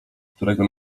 którego